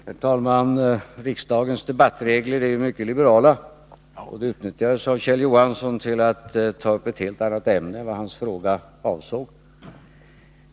Herr talman! Riksdagens debattregler är mycket liberala, och det utnyttjade Kjell Johansson till att ta upp ett helt annat ämne än hans fråga avsåg.